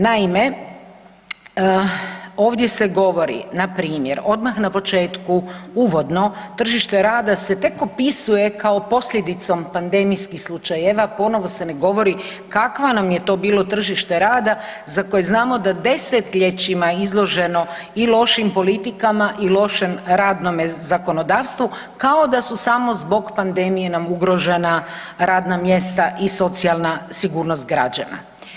Naime, ovdje se govori npr. odmah na početku uvodno, tržište rada se tek opisuje kao posljedicom pandemijskih slučajeva, ponovo se ne govori kakvo nam je to bilo tržište rada za koje znamo da je desetljećima izloženo i lošim politikama i lošem radnome zakonodavstvu kao da su samo zbog pandemije nam ugrožena radna mjesta i socijalna sigurnost građana.